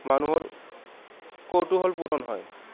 মানুহৰ কৌতুহল পূৰণ হয়